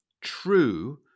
true